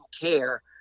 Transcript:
care